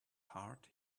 heart